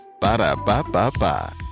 Ba-da-ba-ba-ba